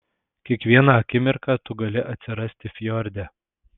kiekvieną akimirką tu gali atsirasti fjorde